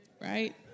Right